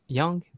young